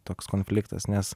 toks konfliktas nes